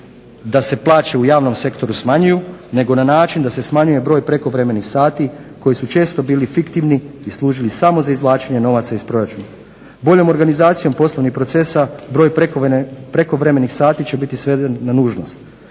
da se plaće u javnom sektoru smanjuju, nego na način da se smanjuje broj prekovremenih sati koji su često bili fiktivni i služili samo za izvlačenje novaca iz proračuna. Boljom organizacijom poslovnih procesa broj prekovremenih sati će biti sveden na nužnost.